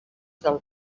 del